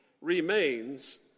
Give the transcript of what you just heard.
remains